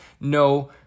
no